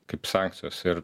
kaip sankcijos ir